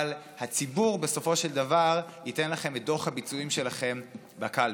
אבל הציבור בסופו של דבר ייתן לכם את דוח הביצועים שלכם בקלפי.